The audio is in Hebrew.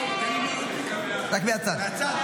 תן לי --- רק מהצד.